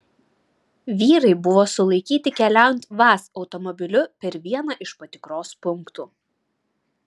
vyrai buvo sulaikyti keliaujant vaz automobiliu per vieną iš patikros punktų